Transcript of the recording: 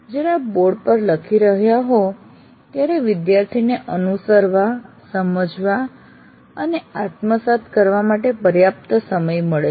જ્યારે આપ બોર્ડ પર લખી રહ્યા હોવ ત્યારે વિદ્યાર્થીને અનુસરવા સમજવા અને આત્મસાત કરવા માટે પર્યાપ્ત સમય મળે છે